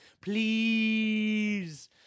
please